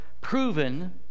proven